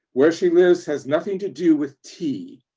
where she lives has nothing to do with tea.